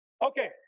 Okay